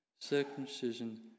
Circumcision